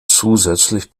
zusätzlich